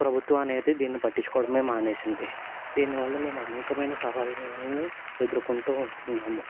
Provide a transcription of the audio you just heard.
ప్రభుత్వం అనేది దీన్ని పట్టించుకోవడమే మానేసింది దీని వల్ల మేము అనేకమైన సవాళ్ళను ఎదుర్కొంటూ ఉంటున్నాము